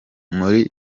muri